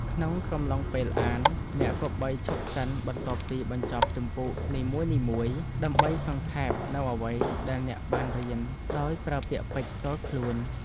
ក្នុងកំឡុងពេលអាន អ្នកគប្បីឈប់សិនបន្ទាប់ពីបញ្ចប់ជំពូកនីមួយៗ ដើម្បីសង្ខេបនូវអ្វីដែលអ្នកបានរៀនដោយប្រើពាក្យពេចន៍ផ្ទាល់ខ្លួន។